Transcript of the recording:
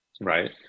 right